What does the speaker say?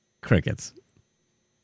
Crickets